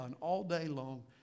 all-day-long